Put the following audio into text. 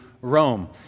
Rome